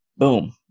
Boom